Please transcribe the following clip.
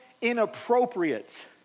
inappropriate